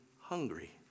hungry